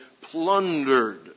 plundered